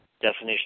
definition